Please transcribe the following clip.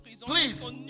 Please